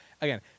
again